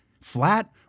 Flat